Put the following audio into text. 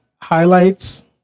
highlights